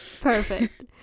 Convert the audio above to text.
Perfect